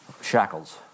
shackles